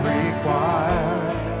required